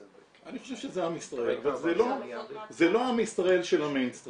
אני חושב שזה עם ישראל אבל זה לא עם ישראל של המיינסטרים.